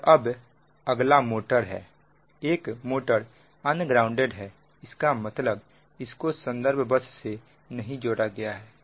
और अब अगला मोटर है एक मोटर अनग्राउंडेड है इसका मतलब इसको संदर्भ बस से नहीं जोड़ा जाएगा